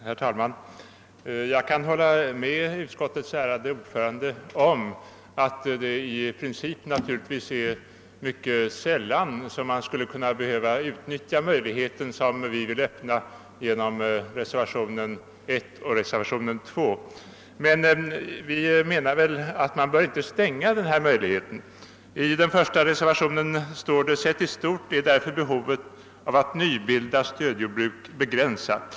Herr talman! Jag kan hålla med utskottets ärade ordförande om att det i princip naturligtvis är mycket sällan man skulle kunna behöva utnyttja den möjlighet som vi vill öppna genom reservationerna I och II. Vi menar emellertid att man inte bör stänga denna möjlighet. I reservationen I sägs det: »Sett i stort är därför behovet av att nybilda stödjordbruk begränsat.